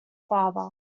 father